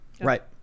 Right